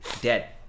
dead